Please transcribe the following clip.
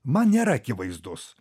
man nėra akivaizdus